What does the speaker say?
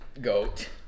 Goat